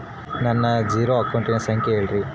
ನನ್ನ ಜೇರೊ ಅಕೌಂಟಿನ ಸಂಖ್ಯೆ ಹೇಳ್ರಿ?